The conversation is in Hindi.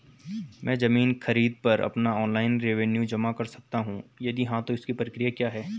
मैं ज़मीन खरीद पर अपना ऑनलाइन रेवन्यू जमा कर सकता हूँ यदि हाँ तो इसकी प्रक्रिया क्या है?